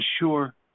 sure